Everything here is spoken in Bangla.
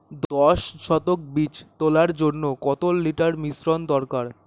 দশ শতক বীজ তলার জন্য কত লিটার মিশ্রন দরকার?